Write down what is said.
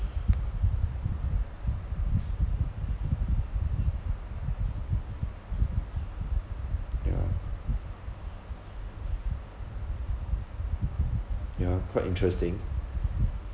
yeah yeah quite interesting